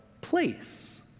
place